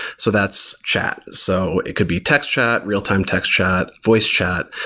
so that's chat. so it could be text chat, real-time text chat, voice chat.